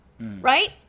Right